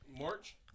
March